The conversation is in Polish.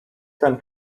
ten